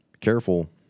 Careful